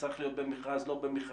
צריך להיות במכרז, לא במכרז.